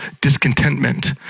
discontentment